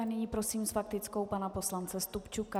Nyní prosím s faktickou pana poslance Stupčuka.